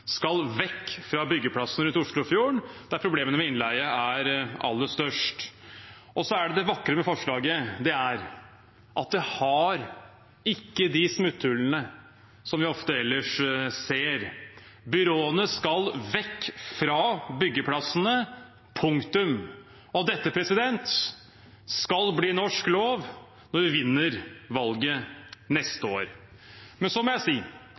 skal vekk fra byggeplassene rundt Oslofjorden, der problemene med innleie er aller størst. Det vakre med forslaget er at det ikke har de smutthullene som vi ellers ofte ser. Byråene skal vekk fra byggeplassene – punktum. Dette skal bli norsk lov når vi vinner valget neste år. Så må jeg si